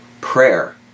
prayer